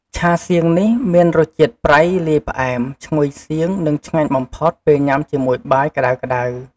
ឆាសៀងនេះ មានរសជាតិប្រៃលាយផ្អែម ឈ្ងុយសៀង និងឆ្ងាញ់បំផុតពេលញ៉ាំជាមួយបាយក្តៅៗ។